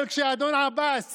אבל כשאדון עבאס